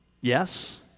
Yes